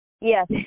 Yes